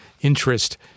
interest